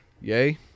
Yay